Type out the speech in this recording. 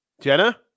Jenna